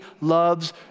loves